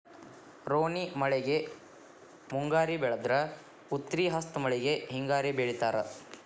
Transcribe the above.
ರೋಣಿ ಮಳೆಗೆ ಮುಂಗಾರಿ ಬೆಳದ್ರ ಉತ್ರಿ ಹಸ್ತ್ ಮಳಿಗೆ ಹಿಂಗಾರಿ ಬೆಳಿತಾರ